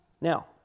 Now